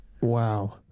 Wow